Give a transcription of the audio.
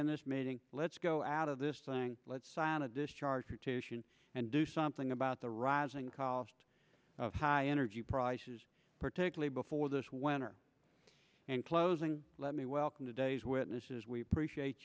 in this meeting let's go out of this thing let's sign a discharge petition and do something about the rising cost of high energy prices particularly before this when are and closing let me welcome today's witnesses we appreciate